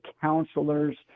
counselors